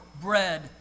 bread